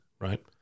Right